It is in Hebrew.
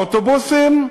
האוטובוסים,